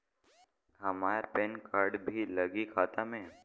हमार PAN card भी लगी खाता में?